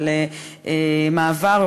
של מעבר,